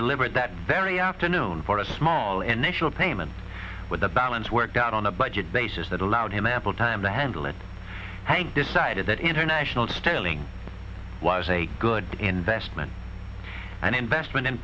delivered that very afternoon for a small and initial payment with the balance worked out on a budget basis that allowed him ample time to handle it hank decided that international staling was a good investment and investment in